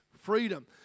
freedom